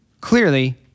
Clearly